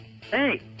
Hey